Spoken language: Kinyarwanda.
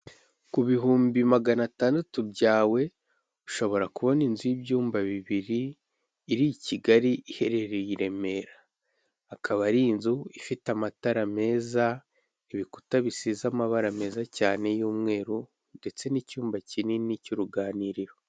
Ku bihumbi maganatandatu byawe ushobora kubona inzu y'ibyumba bibiri iri i Kigali iherereye i Remera akaba ari inzu ifite amatara meza ibikuta bisize amabara meza cyane y'umweru ndetse n'icyumba kinini cy'uruganiriro.